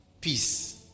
peace